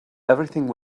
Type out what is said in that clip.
everything